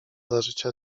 zażycia